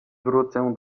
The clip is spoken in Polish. wrócę